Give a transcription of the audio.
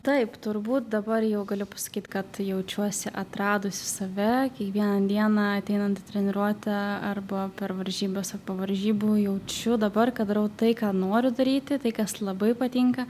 taip turbūt dabar jau galiu pasakyt kad jaučiuosi atradusi save kiekvieną dieną ateinant į treniruotę arba per varžybas ar po varžybų jaučiu dabar kad darau tai ką noriu daryti tai kas labai patinka